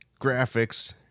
graphics